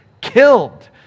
killed